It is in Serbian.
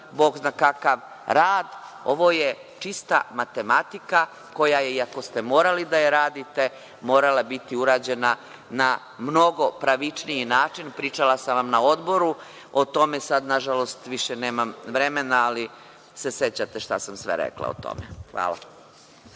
bog zna kakav rad, ovo je čista matematika koja je, iako ste morali da je radite, morala biti urađena na mnogo pravičniji način. Pričala sam vam na odboru o tome. Sada nažalost više nemam vremena, ali se sećate šta sam sve rekla o tome. Hvala.